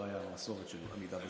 לא הייתה מסורת של עמידה בזמנים,